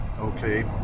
Okay